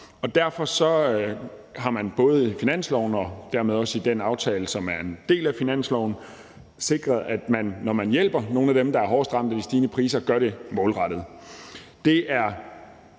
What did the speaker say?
Derfor har man både i finanslovsforslaget og dermed også i den aftale, som er en del af finanslovsforslaget, sikret, at man, når man hjælper nogle af dem, der er hårdest ramt af de stigende priser, gør det målrettet. Det er